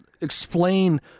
explain